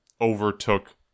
overtook